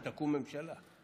כשתקום ממשלה.